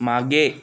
मागे